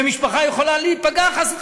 ומשפחה יכולה להיפגע חס וחלילה.